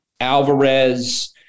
Alvarez